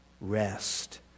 rest